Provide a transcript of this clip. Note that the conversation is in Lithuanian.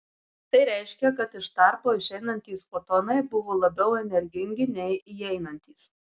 tai reiškia kad iš tarpo išeinantys fotonai buvo labiau energingi nei įeinantys